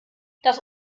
das